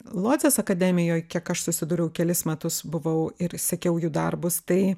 lodzės akademijoj kiek aš susidūriau kelis metus buvau ir sekiau jų darbus tai